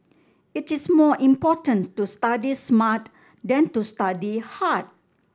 it is more important to study smart than to study hard